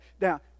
now